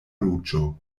ruĝo